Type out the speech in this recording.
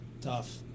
tough